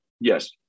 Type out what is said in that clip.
yes